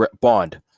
Bond